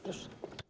Proszę.